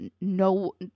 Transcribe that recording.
no